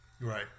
Right